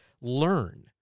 learn